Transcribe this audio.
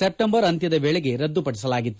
September ಅಂತ್ಯದ ವೇಳೆಗೆ ರದ್ದುಪಡಿಸಲಾಗಿತ್ತು